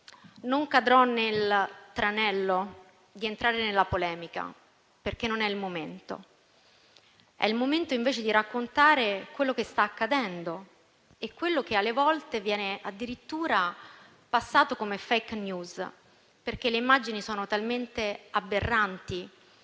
Non cadrò nel tranello di entrare nella polemica, perché non è il momento. È il momento, invece, di raccontare quello che sta accadendo e quello che, a volte, viene addirittura fatto passare come *fake news*, perché le immagini sono talmente aberranti,